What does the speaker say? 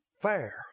fair